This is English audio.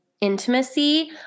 intimacy